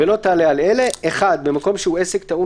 ולא תעלה על אלה: (1) במקום שהוא עסק טעון